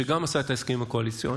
שגם עשה את ההסכמים הקואליציוניים